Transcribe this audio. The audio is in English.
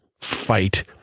fight